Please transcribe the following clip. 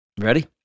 Ready